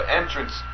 entrance